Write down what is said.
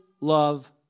love